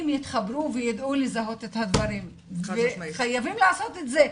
יתחברו וילמדו לזהות את הדברים וחייבים לעשות את זה,